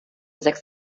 sechs